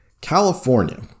California